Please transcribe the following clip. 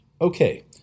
Okay